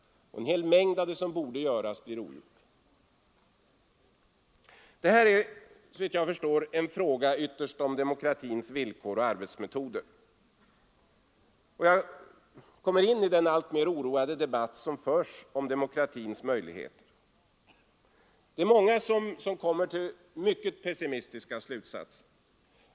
En hel mängd av det som borde göras blir då inte gjort. Såvitt jag förstår är detta ytterst en fråga om demokratins villkor och arbetsmetoder. I många länder pågår i dag en alltmer oroad debatt om demokratins möjligheter. Många kommer till mycket pessimistiska slutsatser.